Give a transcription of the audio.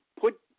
put